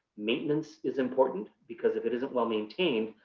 maintenance is important because if it isn't well-maintained,